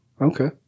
Okay